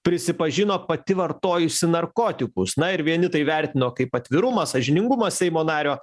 prisipažino pati vartojusi narkotikus na ir vieni tai vertino kaip atvirumą sąžiningumą seimo nario